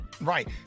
Right